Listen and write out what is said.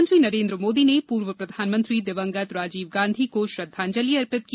प्रधानमंत्री नरेन्द्र मोदी ने पूर्व प्रधानमंत्री दिवंगत राजीव गांधी को श्रद्वांजलि अर्पित की